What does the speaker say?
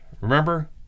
Remember